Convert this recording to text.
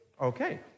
Okay